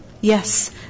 Yes